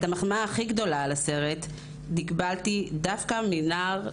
את המחמאה הכי גדולה על הסרט קיבלתי דווקא מנער,